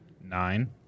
Nine